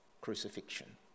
crucifixion